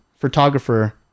photographer